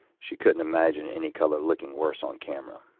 she couldn't imagine any color looking worse on camera.